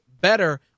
better